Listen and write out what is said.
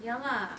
ya lah